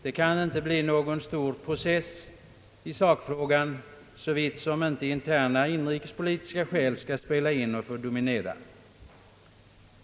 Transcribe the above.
Det kan inte bli någon stor process i sak, såvida inte interna, inrikespolitiska skäl skall få spela in och dominera.